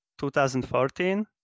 2014